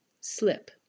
slip